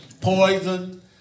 Poison